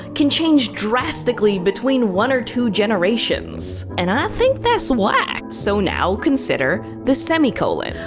can change drastically between one or two generations. and i think that's wack. so now consider the semi-colon.